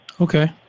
Okay